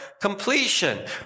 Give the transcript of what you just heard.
completion